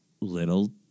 little